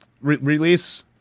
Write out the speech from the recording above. release